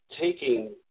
taking